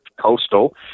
coastal